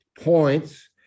points